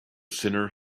sinner